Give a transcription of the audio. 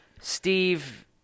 Steve